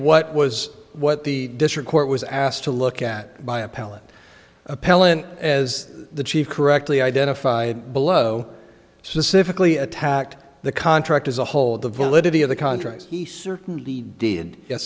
what was what the district court was asked to look at by appellate appellant as the chief correctly identified below cifelli attacked the contract as a whole the validity of the contract he certainly did yes